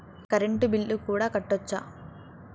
Current bill కూడా కట్టొచ్చా?